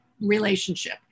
relationship